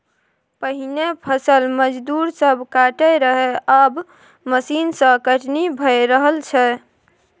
पहिने फसल मजदूर सब काटय रहय आब मशीन सँ कटनी भए रहल छै